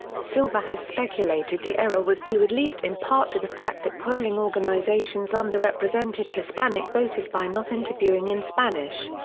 silver has speculated speculated the error was due at least in part to the fact that polling organizations underrepresented hispanic voters by not interviewing in spanish.